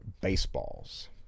baseballs